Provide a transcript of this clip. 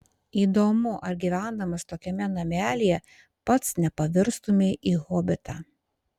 įdomu ar gyvendamas tokiame namelyje pats nepavirstumei į hobitą